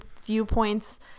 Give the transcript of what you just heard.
viewpoints